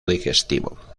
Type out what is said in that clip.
digestivo